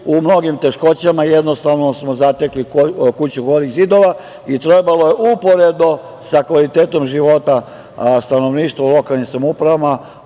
u mnogim teškoćama. Jednostavno smo zatekli kuću golih zidova i trebalo je, uporedo sa kvalitetom životom, stanovništvo u lokalnim samoupravama,